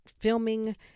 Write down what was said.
filming